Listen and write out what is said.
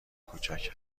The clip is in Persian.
کوچک